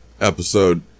episode